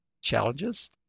challenges